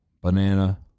Banana